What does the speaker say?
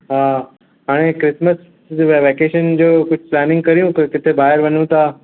हा हाणे Christmas vacation जो कुझु प्लानिंग करियो त किथे ॿाहिर वञूं था